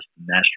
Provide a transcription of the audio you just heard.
national